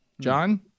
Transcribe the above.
John